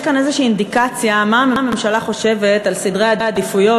יש כאן איזו אינדיקציה מה הממשלה חושבת על סדרי העדיפויות